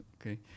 Okay